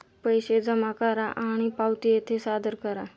पैसे जमा करा आणि पावती येथे सादर करा